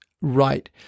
right